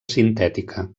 sintètica